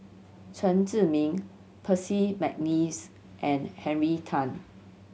Chen Zhiming Percy McNeice and Henry Tan